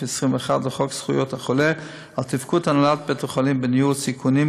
21 לחוק זכויות החולה על תפקוד הנהלת בית-החולים בניהול סיכונים,